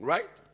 Right